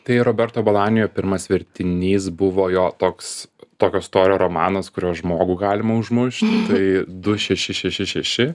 tai roberto balanijo pirmas vertinys buvo jo toks tokio storio romanas kuriuo žmogų galima užmušti tai du šeši šeši šeši